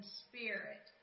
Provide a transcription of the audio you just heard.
spirit